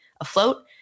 afloat